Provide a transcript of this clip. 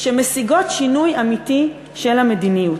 שמשיגות שינוי אמיתי של המדיניות.